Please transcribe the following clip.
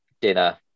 dinner